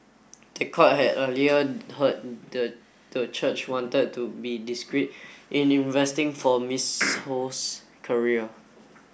the court had earlier heard the the church wanted to be discreet in investing for Miss Ho's career